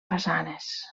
façanes